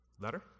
Letter